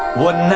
one